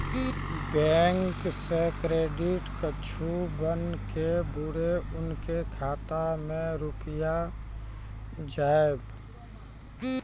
Bank से credit card बन के बुरे उनके खाता मे रुपिया जाएब?